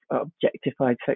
objectified